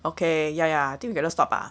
okay ya ya I think we cannot stop ah